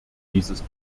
dieses